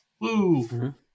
Woo